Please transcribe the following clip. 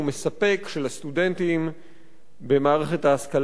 של הסטודנטים במערכת ההשכלה הגבוהה,